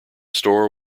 store